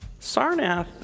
Sarnath